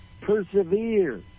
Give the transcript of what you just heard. persevere